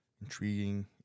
intriguing